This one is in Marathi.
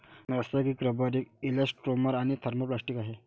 नैसर्गिक रबर एक इलॅस्टोमर आणि थर्मोप्लास्टिक आहे